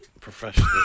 Professional